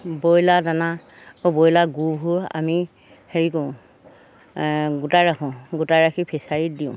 broiler দানা আকৌ broiler গুবোৰ আমি হেৰি কৰোঁ গোটাই ৰাখোঁ গোটাই ৰাখি ফিছাৰীত দিওঁ